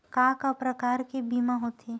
का का प्रकार के बीमा होथे?